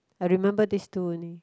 I remember this two only